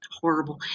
horrible